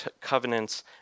covenants